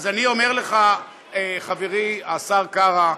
אז אני אומר לך, חברי השר קרא: